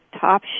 top